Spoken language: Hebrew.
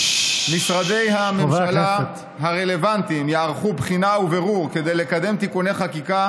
משרדי הממשלה הרלוונטיים יערכו בחינה ובירור כדי לקדם תיקוני חקיקה